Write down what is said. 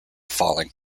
falling